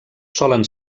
solen